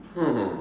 oh